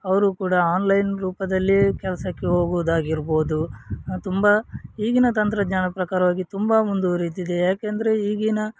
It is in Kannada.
ಅವರೂ ಕೂಡ ಆನ್ಲೈನ್ ರೂಪದಲ್ಲೇ ಕೆಲಸಕ್ಕೆ ಹೋಗುವುದಾಗಿರ್ಬೋದು ತುಂಬ ಈಗಿನ ತಂತ್ರಜ್ಞಾನದ ಪ್ರಕಾರವಾಗಿ ತುಂಬ ಮುಂದುವರೆದಿದೆ ಏಕೆಂದ್ರೆ ಈಗಿನ